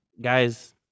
guys